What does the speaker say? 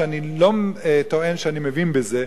שאני לא טוען שאני מבין בזה,